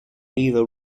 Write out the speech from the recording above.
either